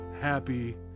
happy